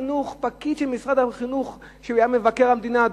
שפקיד של משרד החינוך שהיה במשרד מבקר המדינה,